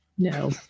No